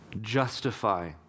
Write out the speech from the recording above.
justify